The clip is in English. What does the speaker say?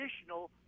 additional